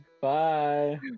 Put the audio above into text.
Bye